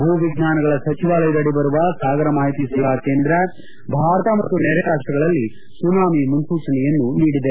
ಭೂವಿಜ್ಞಾನಗಳ ಸಚಿವಾಲಯದಡಿ ಬರುವ ಸಾಗರ ಮಾಹಿತಿ ಸೇವಾ ಕೇಂದ್ರ ಭಾರತ ಮತ್ತು ನೆರೆ ರಾಷ್ಷಗಳಲ್ಲಿ ಸುನಾಮಿ ಮುನ್ಪೂಚನೆಯನ್ನೂ ನೀಡಿದೆ